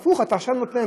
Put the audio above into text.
הפוך, עכשיו אתה נותן.